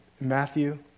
Matthew